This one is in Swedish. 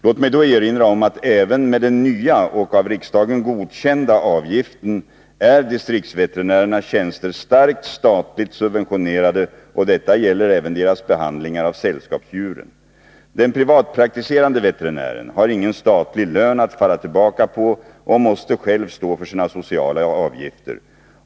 Låt mig då erinra om att även med den nya och av riksdagen godkända avgiften är distriktsveterinärernas tjänster starkt statligt subventionerade, och detta gäller även deras behandlingar av sällskapsdjuren. Den privatpraktiserande veterinären har ingen statlig lön att falla tillbaka på och måste själv stå för sina sociala avgifter.